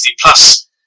Plus